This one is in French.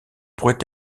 pourrait